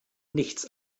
nichts